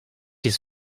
his